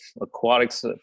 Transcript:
aquatics